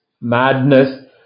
madness